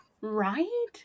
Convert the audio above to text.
Right